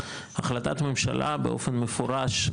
החלטת ממשלה באופן מפורש,